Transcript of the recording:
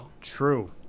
True